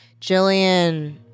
Jillian